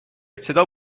ابتدا